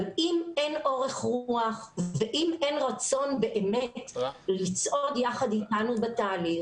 אבל אם אין אורך רוח ואם אין רצון באמת לצעוד יחד בתהליך,